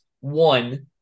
One